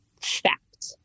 fact